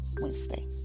Wednesday